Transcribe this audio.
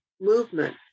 movement